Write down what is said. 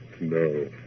No